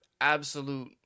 absolute